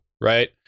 Right